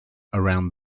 around